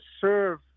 serve